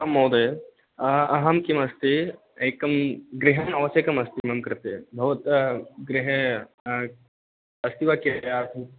आम् महोदय अ अहं किं अस्ति एकं गृहम् आवश्यकमस्ति मम् कृते भवतः गृहे अस्ति वा